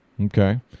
Okay